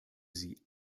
sie